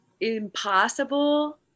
impossible